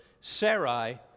Sarai